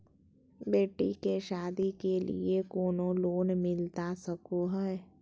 बेटी के सादी के लिए कोनो लोन मिलता सको है?